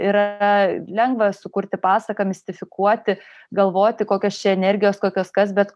yra lengva sukurti pasaką mistifikuoti galvoti kokios čia energijos kokios kas bet